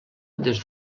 des